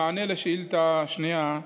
במענה על השאלה השנייה,